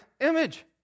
image